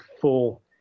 full